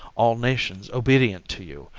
all nations obedient to you,